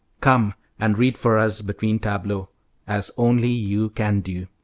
come and read for us between tableaux as only you can do.